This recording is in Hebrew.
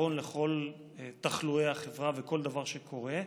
פתרון לכל תחלואי החברה ולכל דבר שקורה.